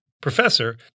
professor